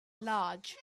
large